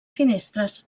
finestres